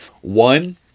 One